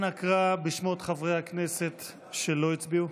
אנא קרא בשמות חברי הכנסת שלא הצביעו.